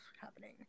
happening